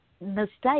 mistake